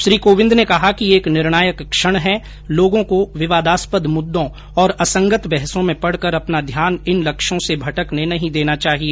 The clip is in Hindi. श्री कोविंद ने कहा कि ये एक निर्णायक क्षण है लोगों को विवादास्पद मुद्दों और असंगत बहसों में पड़कर अपना ध्यान इन लक्ष्यों से भटकने नहीं देना चाहिए